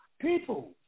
people